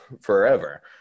forever